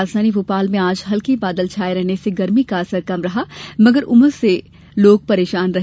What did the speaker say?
राजधानी भोपाल में आज हल्के बादल छाने से गर्मी का असर कम रहा मगर उमस ने परेशान कर दिया